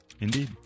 Indeed